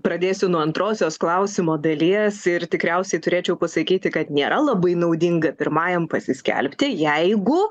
pradėsiu nuo antrosios klausimo dalies ir tikriausiai turėčiau pasakyti kad nėra labai naudinga pirmajam pasiskelbti jeigu